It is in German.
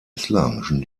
islamischen